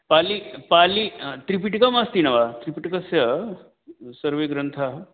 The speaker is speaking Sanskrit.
पालि पालि त्रिपिटकम् अस्ति न वा त्रिपिटिकस्य सर्वे ग्रन्थाः